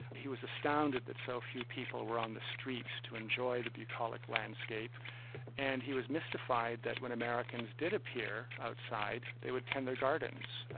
he was astounded that so few people were on the streets to enjoy the bucolic landscape and he was mystified that when americans did appear outside, they would tend their gardens,